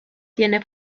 tiene